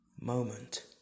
moment